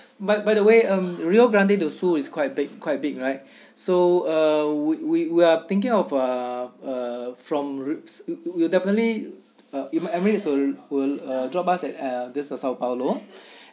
but by the way um rio grande do sul is quite big quite big right so uh would we we are thinking of uh uh from rio~ will definitely uh will emirates will will uh drop us at uh this uh sao paolo